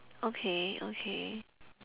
okay okay